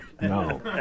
No